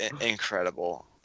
incredible